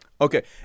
Okay